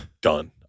done